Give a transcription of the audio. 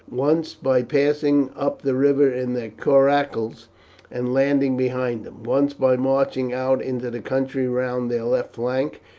once by passing up the river in their coracles and landing behind them, once by marching out into the country round their left flank,